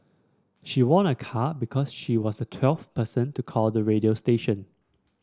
she won a car because she was the twelfth person to call the radio station